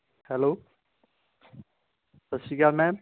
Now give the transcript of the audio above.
hello Sat Sri Akal ma'am